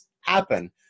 happen